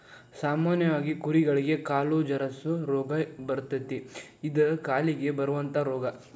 ಸಾಮಾನ್ಯವಾಗಿ ಕುರಿಗಳಿಗೆ ಕಾಲು ಜರಸು ರೋಗಾ ಬರತತಿ ಇದ ಕಾಲಿಗೆ ಬರುವಂತಾ ರೋಗಾ